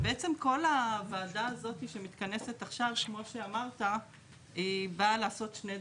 ובעצם רוב הוועדה הזאת שמתכנסת עכשיו כמו שאמרת באה לעשות שני דברים,